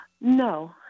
No